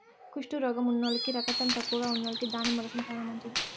కుష్టు రోగం ఉన్నోల్లకి, రకతం తక్కువగా ఉన్నోల్లకి దానిమ్మ రసం చానా మంచిది